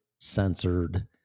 Censored